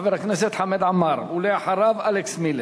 חבר הכנסת חמד עמאר, ואחריו, אלכס מילר.